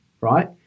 right